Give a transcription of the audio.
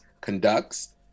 conducts